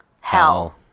hell